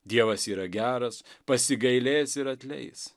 dievas yra geras pasigailės ir atleis